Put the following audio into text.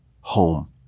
home